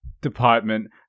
department